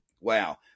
Wow